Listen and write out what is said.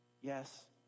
yes